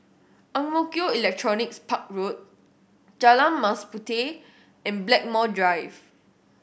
Ang Mo Kio Electronics Park Road Jalan Mas Puteh and Blackmore Drive